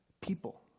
people